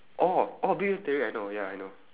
orh orh big bang theory ya I know ya I know